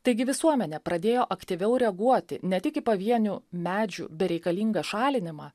taigi visuomenė pradėjo aktyviau reaguoti ne tik į pavienių medžių bereikalingą šalinimą